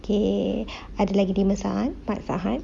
okay ada lagi lima saat empat saat